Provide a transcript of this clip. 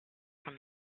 from